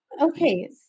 Okay